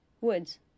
Woods